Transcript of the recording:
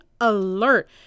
alert